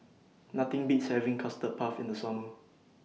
Nothing Beats having Custard Puff in The Summer